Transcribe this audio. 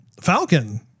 Falcon